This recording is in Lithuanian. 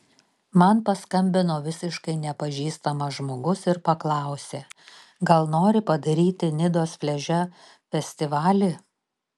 man paskambino visiškai nepažįstamas žmogus ir paklausė gal nori padaryti nidos pliaže festivalį